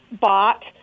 bought